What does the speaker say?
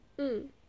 mm